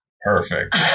Perfect